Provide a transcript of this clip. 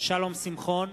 שלום שמחון,